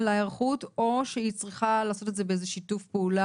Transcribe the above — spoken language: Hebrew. להיערכות או שהיא צריכה לעשות את זה באיזה שיתוף פעולה,